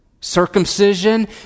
Circumcision